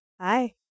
Hi